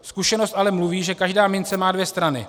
Zkušenost ale mluví, že každá mince má dvě strany.